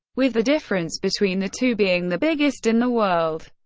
with the difference between the two being the biggest in the world.